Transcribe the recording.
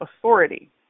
authority